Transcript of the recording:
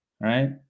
Right